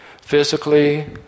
Physically